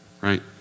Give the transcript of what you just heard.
right